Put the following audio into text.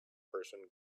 person